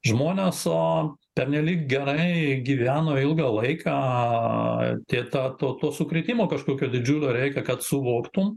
žmonės o pernelyg gerai gyveno ilgą laiką te tą tų tų sukritimo kažkokio didžiulio reikia kad suvoktų